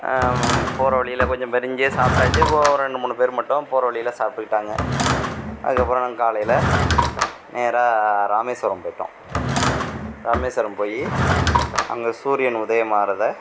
போகிற வழியில கொஞ்சம் பேர் இங்கே சாப்பிட்டாச்சி ஒரு ரெண்டு மூணு பேர் மட்டும் போகிற வழிலே சாப்பிட்டுக்கிட்டாங்க அதுக்கு அப்புறம் நாங்கள் காலையில் நேராக இராமேஸ்வரம் போய்விட்டோம் இராமமேஸ்வரம் போய் அங்கே சூரியன் உதயம் ஆகிறத